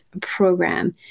program